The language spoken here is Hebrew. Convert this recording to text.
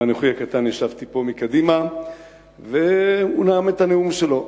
ואנוכי הקטן ישבתי פה, והוא נאם את הנאום שלו.